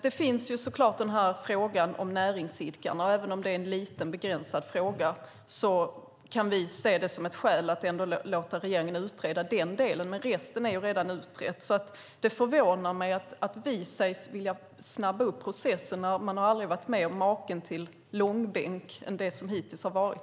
Det finns så klart frågan om näringsidkarna, och även om det är en liten begränsad fråga kan vi se det som ett skäl att ändå låta regeringen utreda den delen. Men resten är redan utredd, så det förvånar mig att vi sägs vilja snabba på processen när vi aldrig har varit med om värre långbänk än den som hittills varit.